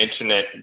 internet